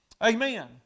Amen